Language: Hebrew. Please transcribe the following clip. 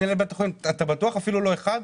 מנהל בית החולים אתה בטוח שאפילו לא אחד?